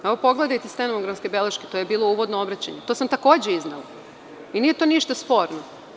Evo, pogledajte stenografske beleške, to je bilo uvodno obraćanje, to sam takođe iznela i nije to ništa sporno.